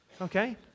okay